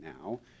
now